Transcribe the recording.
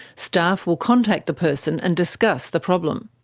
staff will contact the person and discuss the problem.